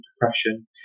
depression